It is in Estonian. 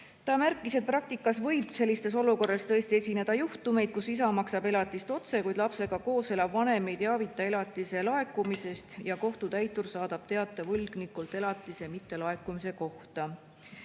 Ta märkis, et praktikas võib tõesti esineda juhtumeid, kus isa maksab elatist otse, kuid lapsega koos elav vanem ei teavita elatise laekumisest ja kohtutäitur saadab teate võlgnikule elatise mittelaekumise kohta.